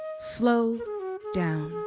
slow down.